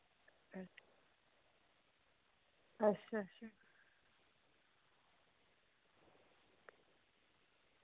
अच्छा